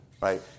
right